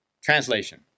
Translation